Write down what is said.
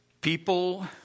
People